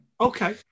Okay